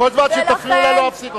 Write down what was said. כל זמן שתפריעו לה, לא אפסיק אותה.